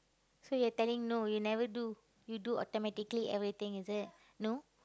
so you are telling no you never do you do automatically everything is it no